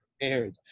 prepared